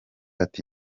ati